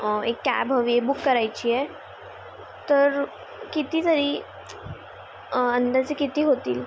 एक एक कॅब हवीए बुक करायचीय तर किती तरी अंदाजी किती होतील